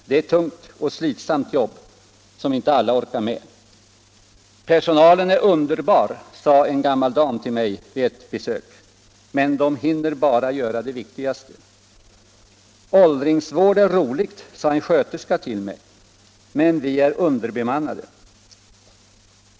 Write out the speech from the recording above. Det är ett tungt och slitsamt jobb, som inte alla orkar med. Personalen är underbar, sade en gammal dam till mig vid ett besök, men de hinner bara göra det viktigaste. Åldringsvård är roligt, sade en sköterska till mig, men vi är underbemannade.